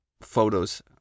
photos